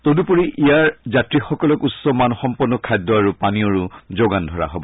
তদুপৰি ইয়াৰ যাত্ৰীসকলক উচ্চ মানসম্পন্ন খাদ্য আৰু পানীয়ৰো যোগান ধৰা হব